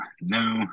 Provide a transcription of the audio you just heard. no